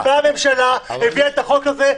הממשלה הביאה את הצעת החוק הזאת,